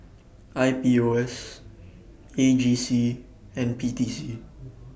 I P O S A G C and P T C